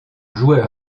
joueur